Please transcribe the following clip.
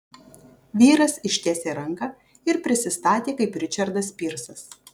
vyras ištiesė ranką ir prisistatė kaip ričardas pyrsas